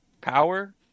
power